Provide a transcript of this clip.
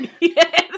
Yes